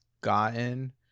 gotten